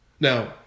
Now